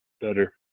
better